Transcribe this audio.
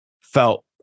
felt